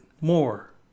more